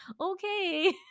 okay